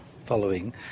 following